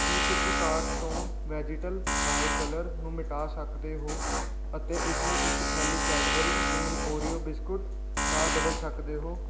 ਕੀ ਤੁਸੀਂ ਕਾਰਟ ਤੋਂ vegetable bio colour ਨੂੰ ਮਿਟਾ ਸਕਦੇ ਹੋ ਅਤੇ ਇਸਨੂੰ ਇੱਕ ਥੈਲੀ ਕੈਡਬਰੀ ਮਿੰਨੀ ਓਰੀਓ ਬਿਸਕੁਟ ਨਾਲ ਬਦਲ ਸਕਦੇ ਹੋ